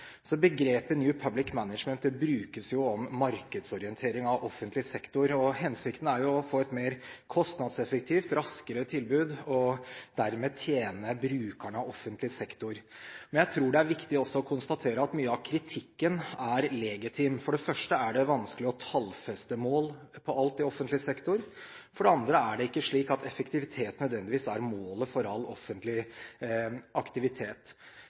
Begrepet «New Public Management» brukes om markedsorientering av offentlig sektor. Hensikten er å få et mer kostnadseffektivt og raskere tilbud og dermed tjene brukerne av offentlig sektor. Men jeg tror det er viktig også å konstatere at mye av kritikken er legitim. For det første er det vanskelig å tallfeste mål på alt i offentlig sektor, og for det andre er det ikke slik at effektivitet nødvendigvis er målet for all offentlig aktivitet.